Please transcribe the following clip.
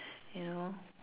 you know